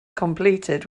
completed